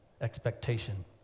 expectation